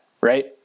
right